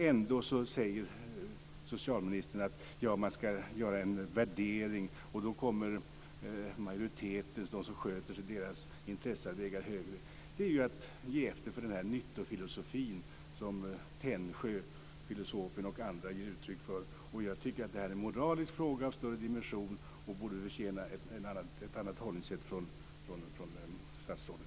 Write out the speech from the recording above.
Ändå säger socialministern att man skall göra en värdering, då kommer majoritetens - de som sköter sig - intressen att ligga högre. Det är att ge efter för en nyttofilosofi som Tännsjö och andra filosofer ger uttryck för. Jag tycker att det här är en moralisk fråga av större dimension och borde förtjäna ett annat förhållningssätt från statsrådet.